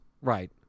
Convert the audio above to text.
Right